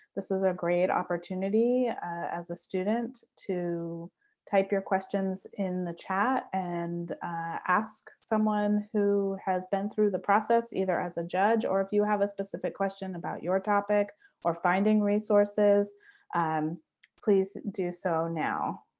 this is a great opportunity as a student to type your questions in the chat and ask someone who has been through the process, either as a judge or if you have a specific question about your topic or finding resources and um please do so now.